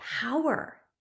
power